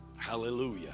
Hallelujah